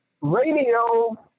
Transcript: radio